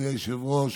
אדוני היושב-ראש,